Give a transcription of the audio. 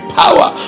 power